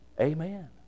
Amen